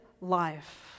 life